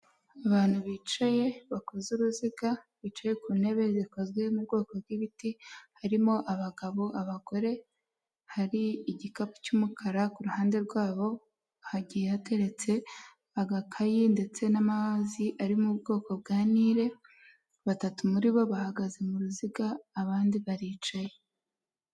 Abantu bicaye bakoze uruziga, bicaye ku ntebe zikozwe mu bwoko bw'ibiti, harimo abagabo, abagore, hari igikapu cy'umukara, ku ruhande rwabo hagiye hateretse agakayi ndetse n'amazi ari mu bwoko bwa nire, batatu muri bo bahagaze mu ruziga, abandi baricaye.